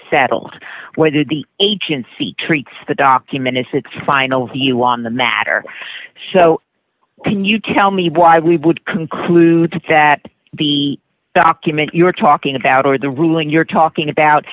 settled whether the agency treats the document as its final view on the matter so can you tell me why we would conclude that the document you're talking about or the ruling you're talking about